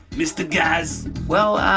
mr. gaz well,